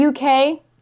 UK